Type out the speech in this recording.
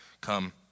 come